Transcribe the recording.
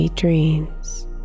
dreams